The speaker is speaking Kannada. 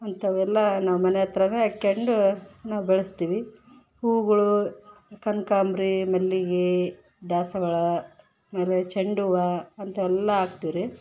ಅಂಥವೆಲ್ಲ ನಾವು ಮನೇ ಹತ್ರವೇ ಹಾಕ್ಕೊಂಡು ನಾವು ಬೆಳಸ್ತೀವಿ ಹೂವುಗಳು ಕನಕಾಂಬ್ರಿ ಮಲ್ಲಿಗೆ ದಾಸವಾಳ ಆಮೇಲೆ ಚೆಂಡುಹೂವ ಅಂಥವೆಲ್ಲಾ ಹಾಕ್ತಿವ್ರಿ